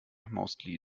mostly